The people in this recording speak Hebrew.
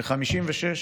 ב-56',